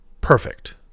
perfect